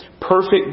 Perfect